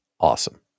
Awesome